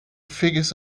figures